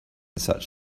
such